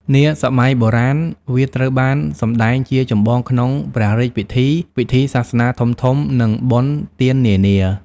នាសម័យបុរាណ វាត្រូវបានសម្ដែងជាចម្បងក្នុងព្រះរាជពិធី ពិធីសាសនាធំៗ និងបុណ្យទាននានា ។